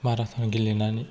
marathon गेलेनानै